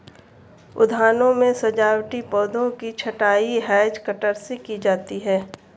उद्यानों में सजावटी पौधों की छँटाई हैज कटर से की जाती है